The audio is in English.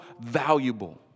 valuable